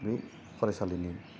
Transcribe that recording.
बे फरायसालिनि